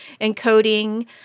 encoding